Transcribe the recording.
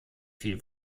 viel